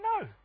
No